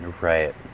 Right